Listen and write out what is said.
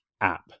app